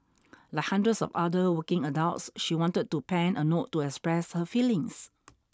like hundreds of other working adults she wanted to pen a note to express her feelings